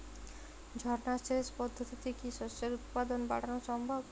ঝর্না সেচ পদ্ধতিতে কি শস্যের উৎপাদন বাড়ানো সম্ভব?